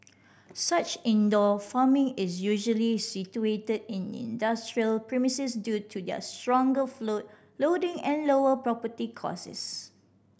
such indoor farming is usually situated in industrial premises due to their stronger floor loading and lower property costs